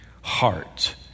heart